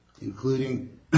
including